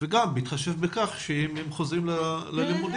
וגם בהתחשב בכך שאם הם חוזרים ללימודים